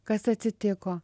kas atsitiko